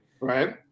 Right